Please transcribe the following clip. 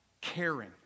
caring